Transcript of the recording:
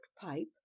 pipe